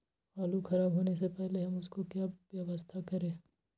आलू खराब होने से पहले हम उसको क्या व्यवस्था करें?